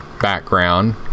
background